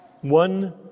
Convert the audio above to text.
one